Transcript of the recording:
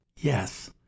Yes